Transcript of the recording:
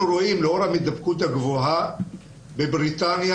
אנחנו רואים שלאור ההידבקות הגבוהה בבריטניה,